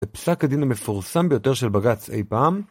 זה פסק הדין המפורסם ביותר של בגץ אי פעם